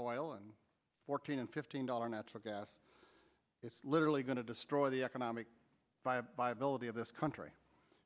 oil and fourteen and fifteen dollar natural gas it's literally going to destroy the economic viability of this country